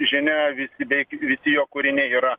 žinia visi beveik visi jo kūriniai yra